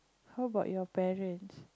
how about your parents